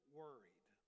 worried